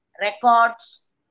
records